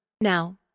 Now